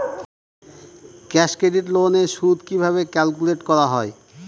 Cash credit loan এর সুদ কিভাবে ক্যালকুলেট করা হয়?